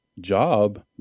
job